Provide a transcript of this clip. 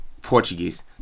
Portuguese